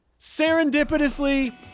serendipitously